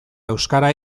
euskara